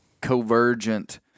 convergent-